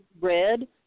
red